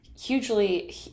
Hugely